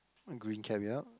and green caviar